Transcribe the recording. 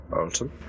Alton